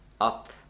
up